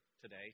today